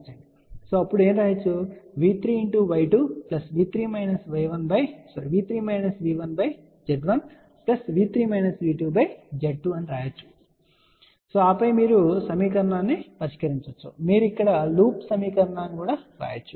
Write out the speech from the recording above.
కాబట్టి మనము V3Y2V3 V1Z1V3 V2Z1 అని చెప్పవచ్చు ఆపై మీరు సమీకరణాన్ని పరిష్కరించవచ్చు లేదా మీరు ఇక్కడ లూప్ సమీకరణాన్ని వ్రాయవచ్చు